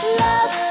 love